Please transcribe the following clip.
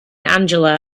angela